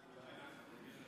יאיר.